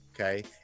okay